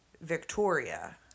Victoria